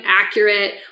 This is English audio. accurate